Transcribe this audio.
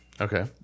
Okay